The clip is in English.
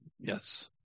Yes